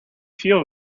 few